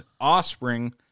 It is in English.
offspring